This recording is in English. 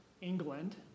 England